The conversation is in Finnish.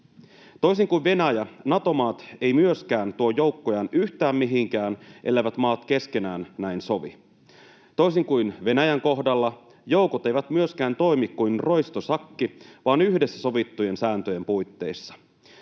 Toisin kuin Venäjä, Nato-maat eivät myöskään tuo joukkojaan yhtään mihinkään, elleivät maat keskenään näin sovi. Toisin kuin Venäjän kohdalla, joukot eivät myöskään toimi kuin roistosakki, vaan yhdessä sovittujen sääntöjen puitteissa.